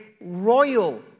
royal